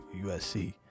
USC